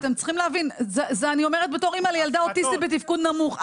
אתם צריכים להבין בתור אימא לילדה אוטיסטית בתפקוד נמוך,